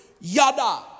yada